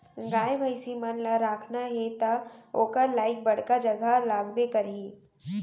गाय भईंसी मन ल राखना हे त ओकर लाइक बड़का जघा लागबे करही